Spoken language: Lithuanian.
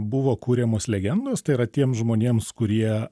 buvo kuriamos legendos tai yra tiems žmonėms kurie